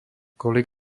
kolík